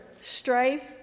strife